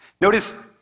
Notice